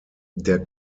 der